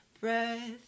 breath